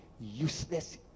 useless